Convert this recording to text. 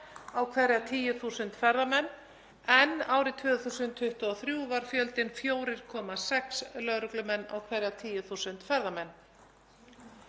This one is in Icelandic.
á hverja 10.000 ferðamenn en árið 2023 var fjöldinn 4,6 lögreglumenn á hverja 10.000 ferðamenn.